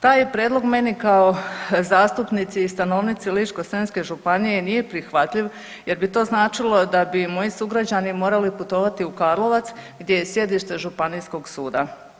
Taj je prijedlog meni kao zastupnici i stanovnici Ličko-senjske županije nije prihvatljiv jer bi to značilo da bi moji sugrađani morali putovati u Karlovac gdje je sjedište županijskog suda.